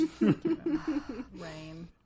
Rain